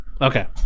Okay